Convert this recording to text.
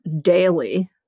daily